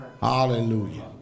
Hallelujah